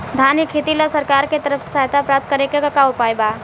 धान के खेती ला सरकार के तरफ से सहायता प्राप्त करें के का उपाय बा?